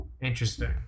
Interesting